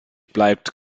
bleibt